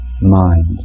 mind